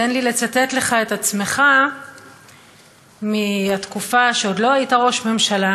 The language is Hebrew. תן לי לצטט לך את עצמך מהתקופה שעוד לא היית ראש ממשלה.